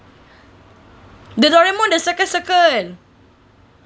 the doraemon the circle circle